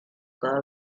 cada